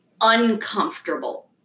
uncomfortable